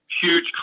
huge